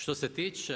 Što se tiče